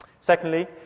Secondly